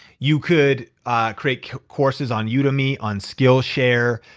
you could create courses on udemy, on skillshare